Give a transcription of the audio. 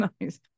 nice